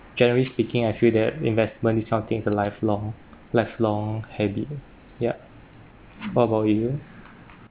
generally speaking I feel that investment into something is a lifelong lifelong habit ya what about you